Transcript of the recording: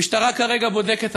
המשטרה כרגע בודקת.